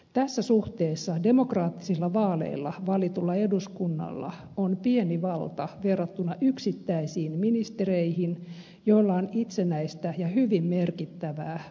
tässä suhteessa demokraattisilla vaaleilla valitulla eduskunnalla on pieni valta verrattuna yksittäisiin ministereihin joilla on itsenäistä ja hyvin merkittävää asetuksenantovaltaa